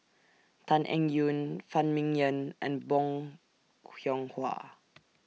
Tan Eng Yoon Phan Ming Yen and Bong Hiong Hwa